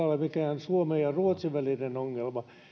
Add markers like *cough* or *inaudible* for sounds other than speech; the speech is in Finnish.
*unintelligible* ole mikään suomen ja ruotsin välinen ongelma